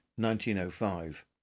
1905